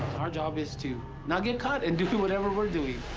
our job is to not get caught and do whatever we're doing.